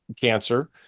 cancer